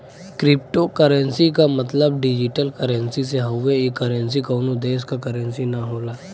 cryptocurrency क मतलब digital currency से हउवे ई करेंसी कउनो देश क करेंसी न होला